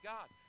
God